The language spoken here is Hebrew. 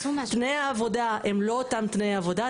תנאי העבודה הם לא אותם תנאי עבודה,